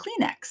Kleenex